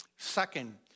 Second